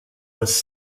was